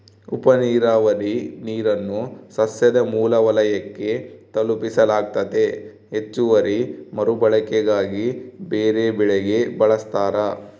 ಉಪನೀರಾವರಿ ನೀರನ್ನು ಸಸ್ಯದ ಮೂಲ ವಲಯಕ್ಕೆ ತಲುಪಿಸಲಾಗ್ತತೆ ಹೆಚ್ಚುವರಿ ಮರುಬಳಕೆಗಾಗಿ ಬೇರೆಬೆಳೆಗೆ ಬಳಸ್ತಾರ